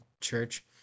church